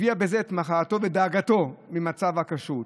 הביע בזה את מחאתו ודאגתו על מצב הכשרות,